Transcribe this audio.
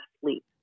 sleep